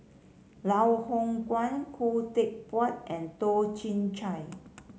Loh Hoong Kwan Khoo Teck Puat and Toh Chin Chye